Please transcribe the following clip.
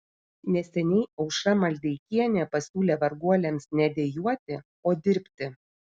neseniai aušra maldeikienė pasiūlė varguoliams ne dejuoti o dirbti